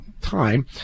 time